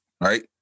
right